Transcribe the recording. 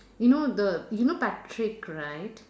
you know the you know patrick right